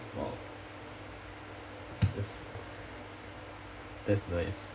!wow! that's that's nice